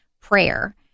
prayer